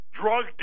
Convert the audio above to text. drug